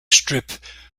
strip